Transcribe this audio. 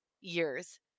years